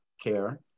care